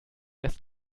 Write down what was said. lässt